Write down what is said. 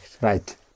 Right